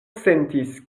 sentis